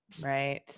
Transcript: Right